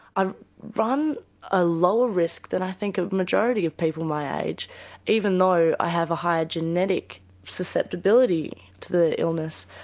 i run a lower risk than i think a majority of people my age even though i have a higher genetic susceptibility to the illness.